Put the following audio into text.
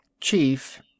Chief